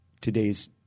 today's